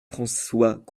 françois